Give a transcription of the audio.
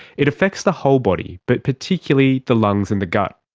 it affects the whole body but particularly the lungs and the gut.